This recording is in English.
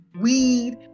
weed